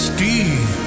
Steve